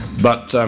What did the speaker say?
but,